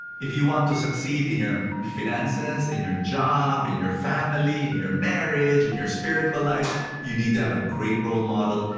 if you want to succeed in your and finances, in your job, in your family, in your marriage, in your spiritual life. you need to have a great role model.